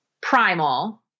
primal